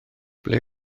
ble